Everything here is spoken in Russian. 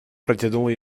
протянул